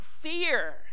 fear